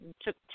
took